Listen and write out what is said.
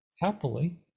happily